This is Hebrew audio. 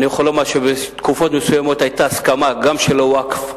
אני יכול לומר שבתקופות מסוימות היתה גם הסכמה של הווקף,